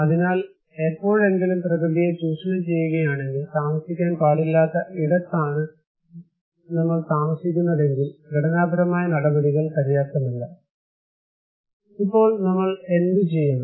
അതിനാൽ എപ്പോഴെങ്കിലും പ്രകൃതിയെ ചൂഷണം ചെയ്യുകയാണെങ്കിൽ താമസിക്കാൻ പാടില്ലാത്ത ഇടത്താണ് നിങ്ങൾ താമസിക്കുന്നതെങ്കിൽ ഘടനാപരമായ നടപടികൾ പര്യാപ്തമല്ല അപ്പോൾ നമ്മൾ എന്തുചെയ്യണം